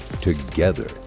Together